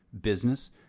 business